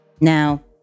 now